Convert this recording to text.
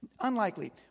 Unlikely